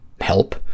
help